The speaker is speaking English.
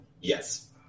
Yes